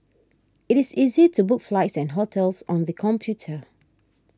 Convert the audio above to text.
it is easy to book flights and hotels on the computer